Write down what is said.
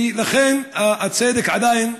ולכן, הצדק, עדיין,